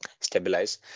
stabilize